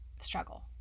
struggle